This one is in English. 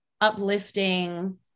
uplifting